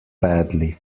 badly